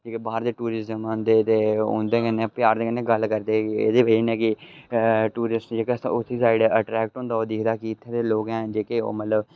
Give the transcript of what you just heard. जेह्के बाह्र दे टूरिस्म आंदे ते उंदे कन्नै प्यार ने गल्ल करदे एह्दे ने कि टूरिस्ट जेह्का अट्रैक्ट होंदा की इत्थें दे जेह्के लोक हैन